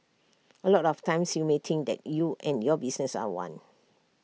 A lot of times you may think that you and your business are one